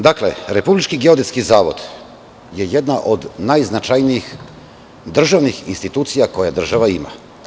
Dakle, Republički geodetski zavod je jedna od najznačajnijih državnih institucija koje država ima.